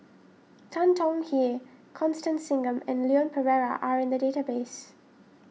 Tan Tong Hye Constance Singam and Leon Perera are in the database